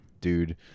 dude